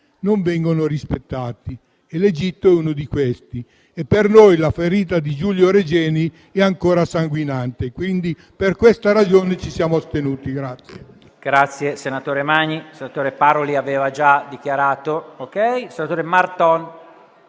non vengono rispettati e l'Egitto è uno di quelli. Per noi la ferita di Giulio Regeni è ancora sanguinante e per questa ragione ci asterremo.